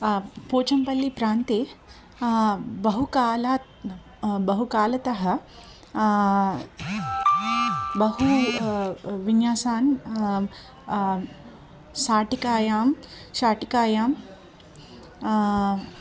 पोचम्पल्ली प्रान्ते बहुकालात् बहुकालतः बहु विन्यासान् शाटिकायां शाटिकायां